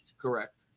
Correct